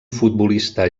futbolista